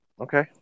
Okay